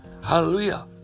hallelujah